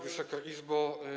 Wysoka Izbo!